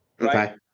Okay